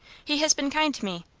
he has been kind to me.